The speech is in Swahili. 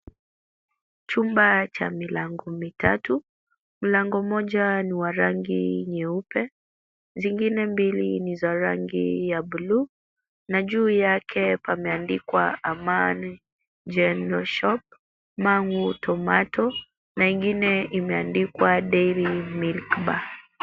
Chumba cha milango mitatu, mlango mmoja ni wa rangi nyeupe, zingine mbili ni za rangi ya buluu na juu yake pameandikwa Amani Gereral Shop Mangu, Tomato, na ingine imeandikwa Dairy Milk Bar.